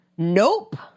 nope